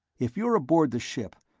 if you're aboard the ship,